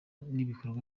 n’ibikorwa